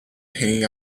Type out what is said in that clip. hanging